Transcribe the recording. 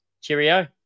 Cheerio